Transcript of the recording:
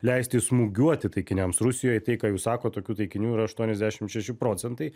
leisti smūgiuoti taikiniams rusijoj tai ką jūs sakot tokių taikinių yra aštuoniasdešimt šeši procentai